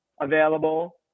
available